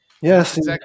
Yes